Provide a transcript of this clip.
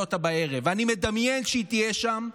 אותה בערב ואני מדמיין שהיא תהיה שם,